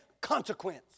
consequence